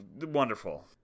wonderful